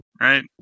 right